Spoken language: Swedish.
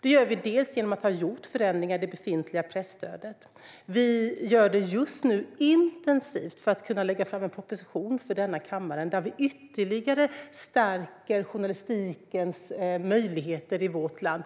Det gör vi dels genom att ha gjort förändringar i det befintliga presstödet, dels genom ett intensivt arbete just nu för att kunna lägga fram en proposition för denna kammare där vi ytterligare stärker journalistikens möjligheter i vårt land.